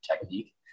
technique